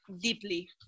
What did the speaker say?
deeply